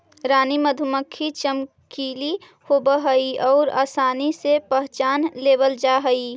रानी मधुमक्खी चमकीली होब हई आउ आसानी से पहचान लेबल जा हई